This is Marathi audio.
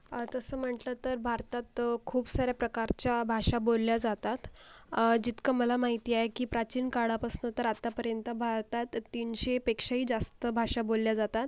तसं म्हटलं तर भारतात खूप साऱ्या प्रकारच्या भाषा बोलल्या जातात जितकं मला माहिती आहे की प्राचीन काळापासनं तर आत्तापर्यंत भारतात तीनशेपेक्षाही जास्त भाषा बोलल्या जातात